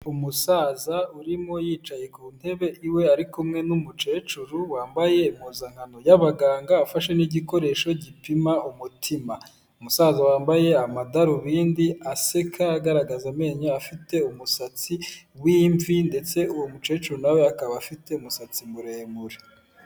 Umusaza urimo yicaye ku ntebe iwe ari kumwe n'umukecuru wambaye impuzankano y'abaganga afashe ni'gikoresho gipima umutima, umusaza wambaye amadarubindi aseka agaragaza amenyo afite umusatsi w'imvi ndetse uwo mukecuru nawe akaba afite umusatsi muremure.